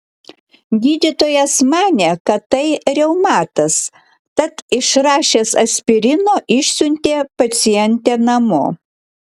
gydytojas manė kad tai reumatas tad išrašęs aspirino išsiuntė pacientę namo